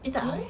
no